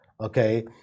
okay